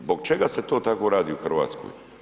Zbog čega se to tako radi u Hrvatskoj?